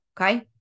okay